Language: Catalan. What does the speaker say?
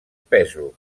pesos